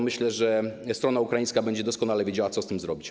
Myślę, że strona ukraińska będzie doskonale wiedziała, co z tym zrobić.